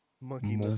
Monkey